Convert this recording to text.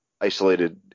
isolated